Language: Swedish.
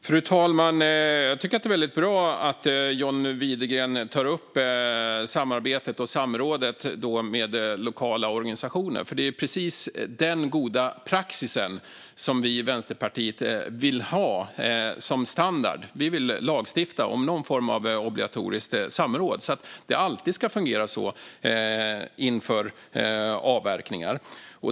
Fru talman! Det är bra att John Widegren tar upp samarbetet och samrådet med lokala organisationer. Det är precis den goda praxisen som vi i Vänsterpartiet vill ha som standard. Vi vill lagstifta om någon form av obligatoriskt samråd; det ska alltid fungera så inför avverkningar.